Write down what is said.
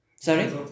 Sorry